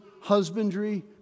husbandry